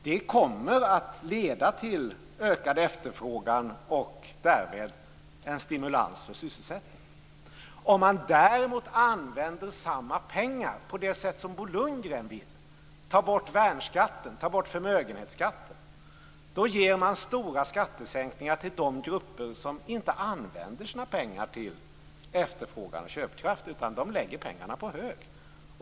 Det kommer att leda till ökad efterfrågan och därmed en stimulans för sysselsättningen. Om pengarna däremot används på det sätt Bo Lundgren vill, dvs. ta bort värnskatten och ta bort förmögenhetsskatten, ges stora skattesänkningar till de grupper som inte använder sina pengar till efterfrågan och köpkraft. De lägger pengarna på hög.